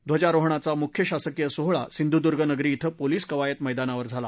ध्वजारोहणाचा मुख्य शासकीय सोहळा सिंधुदुर्गनगरी कवायत मैदानावर झाला